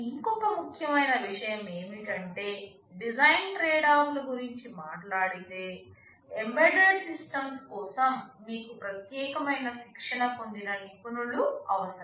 ఇంకొక ముఖ్యమైన విషయం ఏమిటంటే డిజైన్ ట్రేడ్ఆఫ్ల గురించి మాట్లాడితే ఎంబెడెడ్ సిస్టమ్స్ కోసం మీకు ప్రత్యేకమైన శిక్షణ పొందిన నిపుణులు అవసరం